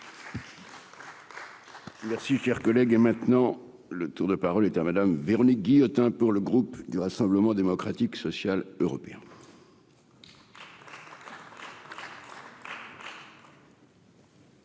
Merci, cher collègue, et maintenant le tour de parole est à Madame Véronique Guillotin, pour le groupe du Rassemblement démocratique social européen.